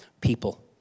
people